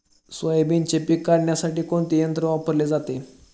सोयाबीनचे पीक काढण्यासाठी कोणते यंत्र वापरले जाते?